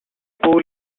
pool